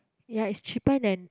ya is cheaper than